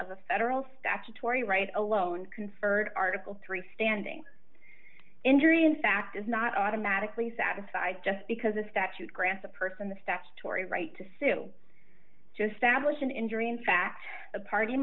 of a federal statutory right alone conferred article three standing injury in fact is not automatically satisfied just because a statute grants a person the statutory right to sue just stablish an injury in fact a party